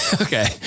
Okay